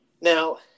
Now